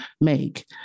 make